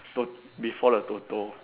Tot~ before the Toto